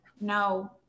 no